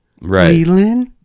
right